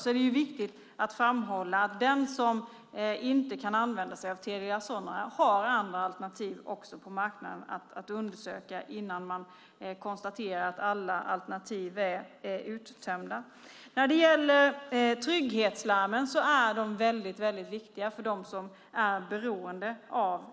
Det är ändå viktigt att framhålla att den som inte kan använda sig av Telia Sonera också har andra alternativ på marknaden att undersöka innan man konstaterar att alla alternativ är uttömda. Trygghetslarmen är viktiga för dem som är beroende av dem.